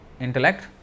intellect